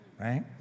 Right